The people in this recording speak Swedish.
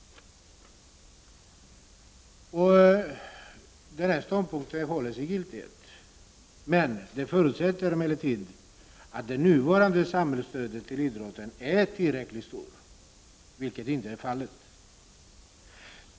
Den ståndpunkten behåller sin giltighet. Det förutsätter emellertid att det nuvarande samhällsstödet till idrotten är tillräckligt stort, vilket inte är fallet.